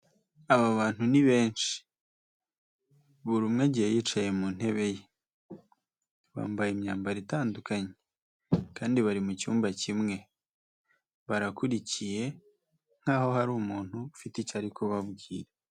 Aba bantu ni benshi, buri umwe agiye yicaye mu ntebe ye. Bambaye imyambaro itandukanye kandi bari mu cyumba kimwe. Barakurikiye nkaho hari umuntu ufite icyo ari kubabwira.